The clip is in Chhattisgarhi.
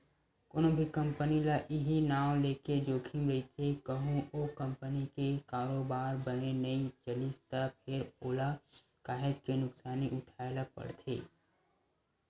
कोनो भी कंपनी ल इहीं नांव लेके जोखिम रहिथे कहूँ ओ कंपनी के कारोबार बने नइ चलिस त फेर ओला काहेच के नुकसानी उठाय ल परथे